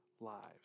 lives